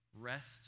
rest